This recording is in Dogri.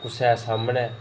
कुसै सामनै